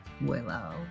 Willow